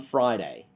Friday